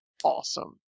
awesome